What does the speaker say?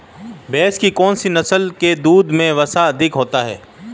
भैंस की कौनसी नस्ल के दूध में वसा अधिक होती है?